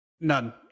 none